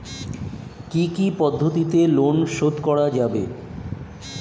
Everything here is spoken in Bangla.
কি কি পদ্ধতিতে লোন শোধ করা যাবে?